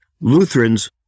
Lutherans